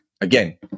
again